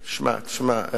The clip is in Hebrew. תשמע,